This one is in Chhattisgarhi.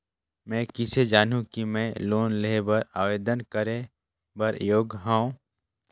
मैं किसे जानहूं कि मैं लोन लेहे बर आवेदन करे बर योग्य हंव?